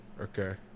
Okay